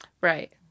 Right